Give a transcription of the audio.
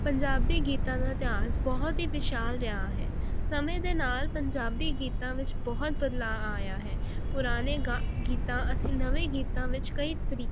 ਪੰਜਾਬ ਦੇ ਗੀਤਾਂ ਦਾ ਇਤਿਹਾਸ ਬਹੁਤ ਹੀ ਵਿਸ਼ਾਲ ਰਿਆ ਹੈ ਸਮੇਂ ਦੇ ਨਾਲ ਪੰਜਾਬੀ ਗੀਤਾਂ ਵਿੱਚ ਬਹੁਤ ਬਦਲਾਅ ਆਇਆ ਹੈ ਪੁਰਾਨੇ ਗਾ ਗੀਤਾਂ ਅਤੇ ਨਵੇਂ ਗੀਤਾਂ ਵਿੱਚ ਕਈ ਤਰੀ